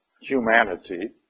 humanity